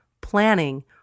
planning